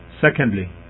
secondly